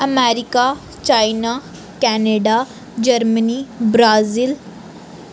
America China Canada Germany Brazil